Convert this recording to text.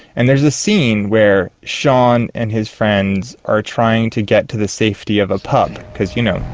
and there's a scene where shaun and his friends are trying to get to the safety of a pub, because, you know,